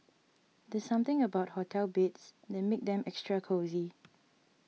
there's something about hotel beds that makes them extra cosy